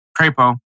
Crepo